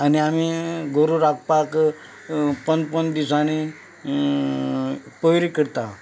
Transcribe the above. आनी आमी गोरवां राखपाक पंदरा पंदरा दिसांनी फेरी करता